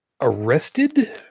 arrested